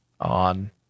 on